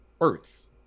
Earths